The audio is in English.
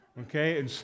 Okay